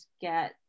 get